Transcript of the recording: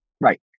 Right